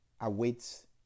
awaits